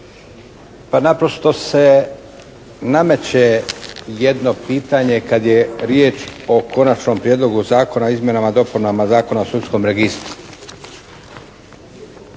pa naprosto se nameće jedno pitanje kad je riječ o Konačnom prijedlogu zakona o izmjenama i dopunama Zakona o sudskom registru.